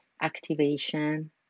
activation